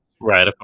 Right